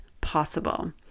possible